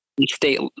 state